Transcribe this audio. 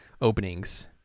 openings